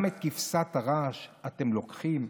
גם את כבשת הרש אתם לוקחים?